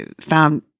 found